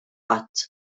qatt